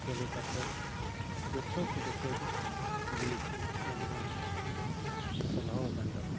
ᱪᱟᱹᱞᱩ ᱠᱟᱛᱮ ᱡᱚᱛᱚ ᱡᱚᱛᱚ ᱡᱤᱱᱤᱥ ᱜᱮ ᱮᱠᱫᱚᱢ ᱥᱚᱞᱦᱮ ᱟᱠᱟᱱ ᱛᱟᱵᱚᱱᱟ